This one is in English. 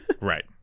Right